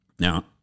Now